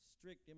Strict